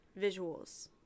visuals